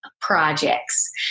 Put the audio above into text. projects